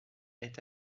est